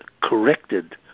corrected